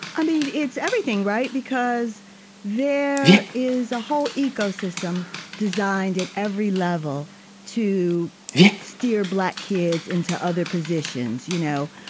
i mean, it's everything, right, because there is a whole ecosystem designed at every level to steer black kids into other positions you know,